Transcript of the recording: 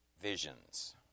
visions